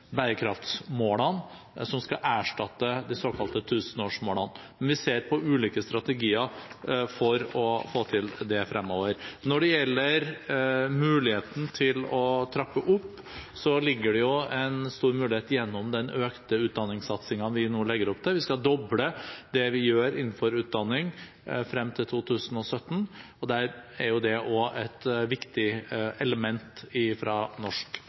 bærekraftsmålene som skal erstatte de såkalte tusenårsmålene, men vi ser på ulike strategier for å få til det fremover. Når det gjelder muligheten til å trappe opp, så ligger det en stor mulighet gjennom den økte utdanningssatsingen vi nå legger opp til. Vi skal doble det vi gjør innenfor utdanning frem til 2017, og der er det også et viktig element fra norsk